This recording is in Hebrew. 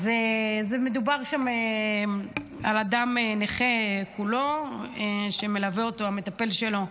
מדובר שם על אדם נכה כולו, שמלווה אותו המטפל שלו.